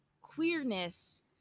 queerness